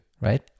right